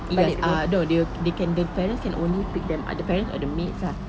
balik tidur uh no they will they can the parents can only pick them uh the parents of the maid ah